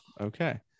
okay